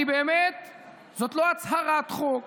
זאת לא הצהרת חוק,